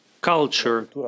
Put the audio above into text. culture